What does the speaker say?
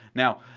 now,